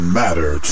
matter